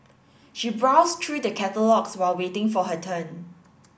she browsed through the catalogues while waiting for her turn